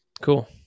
Cool